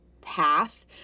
path